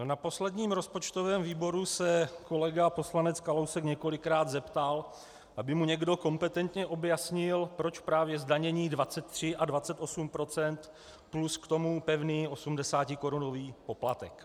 Na posledním rozpočtovém výboru se kolega poslanec Kalousek několikrát zeptal, aby mu někdo kompetentně objasnil, proč právě zdanění 23 a 28 % plus k tomu pevný 80korunový poplatek.